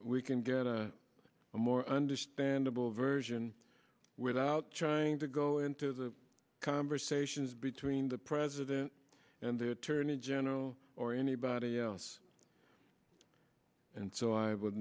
we can get a more understandable version without trying to go into the conversations between the president and the attorney general or anybody else and so i